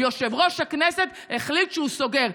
יושב-ראש הכנסת החליט שהוא סוגר.